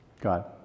God